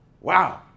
Wow